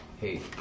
Hey